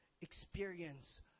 experience